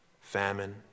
famine